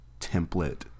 template